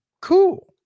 Cool